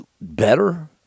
better